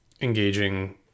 engaging